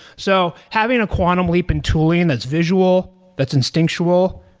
so having a quantum leap in tooling that's visual, that's instinctual,